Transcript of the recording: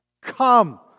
Come